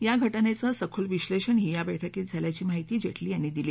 या घटनेचं सखोल विश्लेषणही या बैठकीत झाल्याची माहिती जेटली यांनी दिली